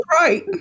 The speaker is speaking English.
right